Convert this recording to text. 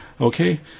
Okay